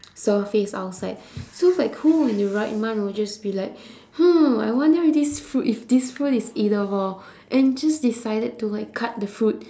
surface outside so like who in their right mind will just be like hmm I wonder if this fruit if this fruit is edible and just decided to like cut the fruit